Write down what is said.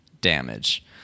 damage